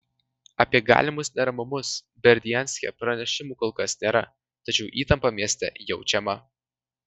apie galimus neramumus berdianske pranešimų kol kas nėra tačiau įtampa mieste jaučiama